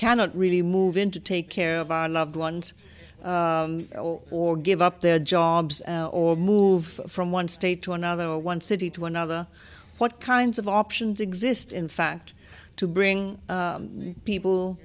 cannot really move in to take care of our loved ones or give up their jobs or move from one state to another one city to another what kinds of options exist in fact to bring people